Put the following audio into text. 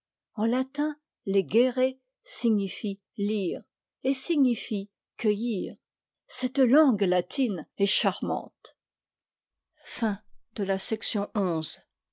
en latin legere signifie lire et signifie cueillir cette langue latine est charmante